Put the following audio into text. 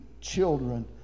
children